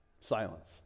Silence